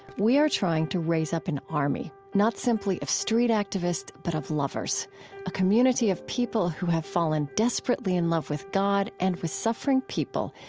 we are trying to raise up an army, not simply of street activists but of lovers a community of people who have fallen desperately in love with god and with suffering people,